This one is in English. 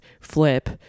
flip